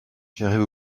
j’arrive